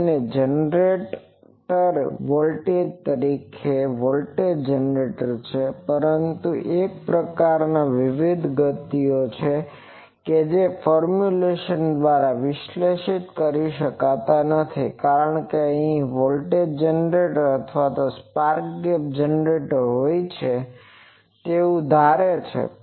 તો તે અને તે જનરેટર પણ વોલ્ટેજ જનરેટર છે પરંતુ અન્ય પ્રકારની વિવિધ ગતિઓ કે જે આ ફોર્મ્યુલેશન દ્વારા વિશ્લેશીત કરી શકાતી નથી કારણ કે ત્યાં વોલ્ટેજ જનરેટર અથવા સ્પાર્ક ગેપ જનરેટર હોય તેવું ધારે છે